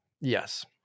Yes